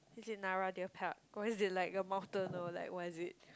is it Nara-deer-park what is it like a mountain or like what is it